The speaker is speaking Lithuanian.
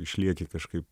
išlieki kažkaip